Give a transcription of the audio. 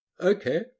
Okay